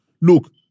look